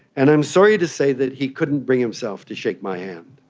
and i'm sorry to say that he couldn't bring himself to shake my hand.